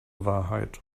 wahrheit